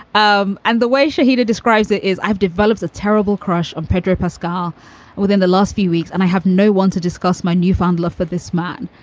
um and the way shahidi describes it is i've developed a terrible crush on pedro pascha within the last few weeks and i have no one to discuss my newfound love for this man.